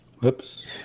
Whoops